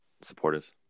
supportive